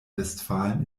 westfalen